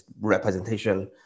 representation